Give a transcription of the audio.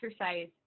exercise